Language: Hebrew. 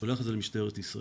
הוא שלח את זה למשטרת ישראל.